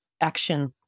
action